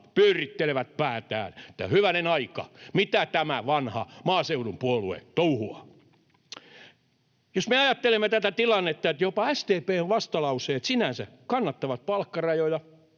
pyörittelevät päätään, että hyvänen aika, mitä tämä vanha maaseudun puolue touhuaa. Jos me ajattelemme tätä tilannetta, jopa SDP:n vastalauseet sinänsä kannattavat palkkarajoja: